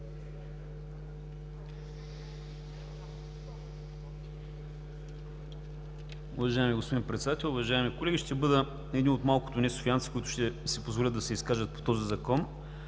Уважаеми господин Председател, уважаеми колеги! Ще бъда един от малкото несофиянци, които ще си позволят да се изкажат по този Закон,